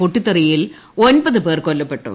പൊട്ടിത്തെറിയിൽ ഒൻപത് പേർ കൊല്ലപ്പെട്ടു